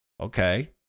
Okay